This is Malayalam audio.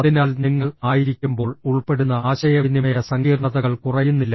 അതിനാൽ നിങ്ങൾ ആയിരിക്കുമ്പോൾ ഉൾപ്പെടുന്ന ആശയവിനിമയ സങ്കീർണതകൾ കുറയുന്നില്ല